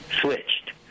switched